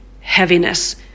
heaviness